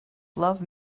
love